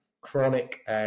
chronic